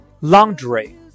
Laundry